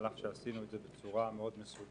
על אף שעשינו את זה בצורה מאוד מסודרת.